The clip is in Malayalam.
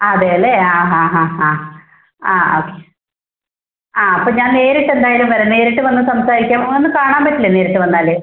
അതേ അല്ലേ ആ ആ ആ ആ ആ ഓക്കേ ആ അപ്പോൾ ഞാൻ നേരിട്ട് എന്തായാലും വരാം നേരിട്ട് വന്ന് സംസാരിക്കാം ഒന്ന് കാണാൻ പറ്റില്ലേ നേരിട്ട് വന്നാൽ